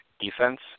defense